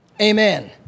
Amen